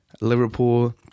Liverpool